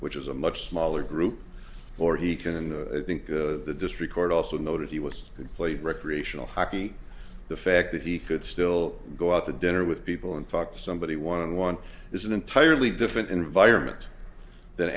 which is a much smaller group or he can i think the district court also noted he was played recreational hockey the fact that he could still go out to dinner with people and talk to somebody want to want is an entirely different environment than